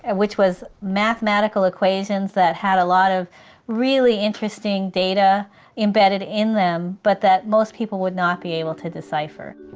and which was mathematical equations that had a lot of really interesting data embedded in them, but that most people would not be able to decipher.